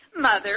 Mother